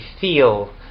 feel